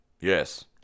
Yes